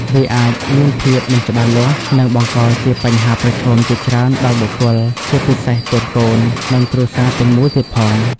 វាអាចមានភាពមិនច្បាស់លាស់ និងបង្កជាបញ្ហាប្រឈមជាច្រើនដល់បុគ្គល ជាពិសេសកូនៗ និងគ្រួសារទាំងមូលទៀតផង។